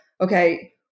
okay